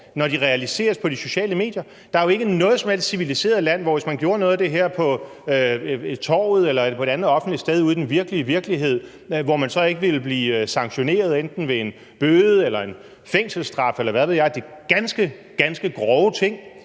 når de realiseres på de sociale medier? Der er jo ikke noget som helst civiliseret land, der, hvis noget af det her blev gjort på torvet eller et andet offentligt sted ude i den virkelige virkelighed, ikke ville sanktionere ved enten en bøde eller fængselsstraf, eller hvad ved jeg. Det er ganske, ganske grove ting,